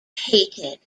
hated